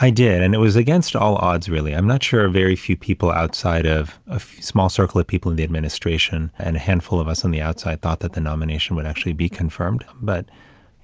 i did and it was against all odds, really, i'm not sure ah very few people outside of a small circle of people in the administration, and a handful of us on the outside thought that the nomination would actually be confirmed, but